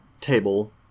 table